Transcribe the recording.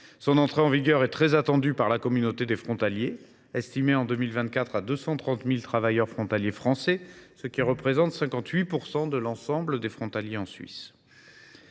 son entrée en vigueur est très attendue par la communauté des frontaliers, estimée en 2024 à 230 000 travailleurs français, soit 58 % de l’ensemble des frontaliers en Suisse.